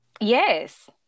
Yes